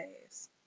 days